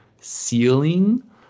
ceiling